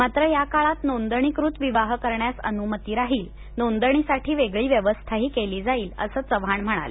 मात्र या काळात नोंदणीकृत विवाह करण्यास अनुमती राहील नोंदणीसाठी वेगळी व्यवस्थाही केली जाईल असं चव्हाण म्हणाले